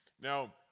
Now